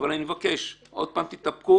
אבל אני מבקש עוד פעם תתאפקו,